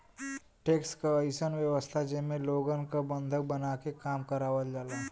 tax क अइसन व्यवस्था जेमे लोगन क बंधक बनाके काम करावल जाला